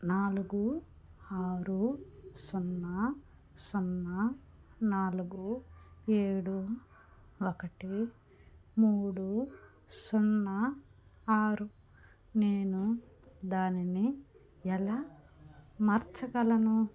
నాలుగు ఆరు సున్నా సున్నా నాలుగు ఏడు ఒకటి మూడు సున్నా ఆరు నేను దానిని ఎలా మార్చగలను